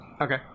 Okay